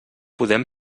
podem